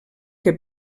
que